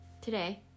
today